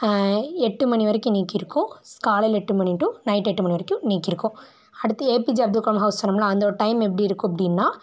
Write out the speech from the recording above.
எட்டு மணி வரைக்கும் நீக்கிருக்கும் காலையில் எட்டு மணி டு நைட்டு எட்டு மணி வரைக்கும் நீக்கிருக்கும் அடுத்து A P J Abdul Kalam house சொன்னோம்ல அந்த டைம் எப்படி இருக்கும் அப்படின்னா